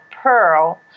Pearl